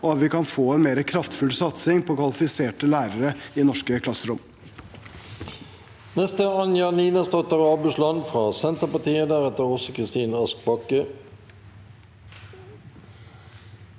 og vi kan få en mer kraftfull satsing på kvalifiserte lærere i norske klasserom.